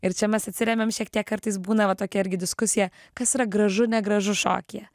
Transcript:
ir čia mes atsiremiam šiek tiek kartais būna va tokia irgi diskusija kas yra gražu negražu šokyje